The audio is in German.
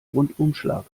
rundumschlag